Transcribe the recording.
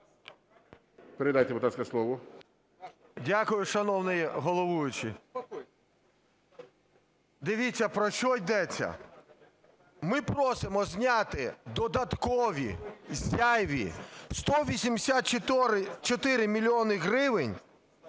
10:44:00 ШУФРИЧ Н.І. Дякую, шановний головуючий. Дивіться, про що йдеться, ми просимо зняти додаткові зайві 184 мільйони гривень,